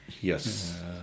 Yes